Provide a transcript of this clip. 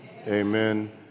amen